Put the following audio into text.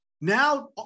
Now